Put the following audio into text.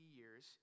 years